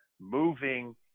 moving